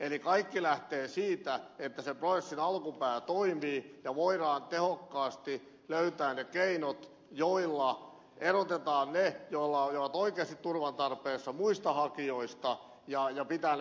eli kaikki lähtee siitä että se prosessin alkupää toimii ja voidaan tehokkaasti löytää ne keinot joilla erotetaan ne jotka ovat oikeasti turvan tarpeessa muista hakijoista ja pidetään määrät kurissa